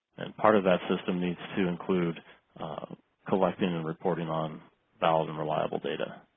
part of that system needs to include collecting and reporting on valid and reliable data.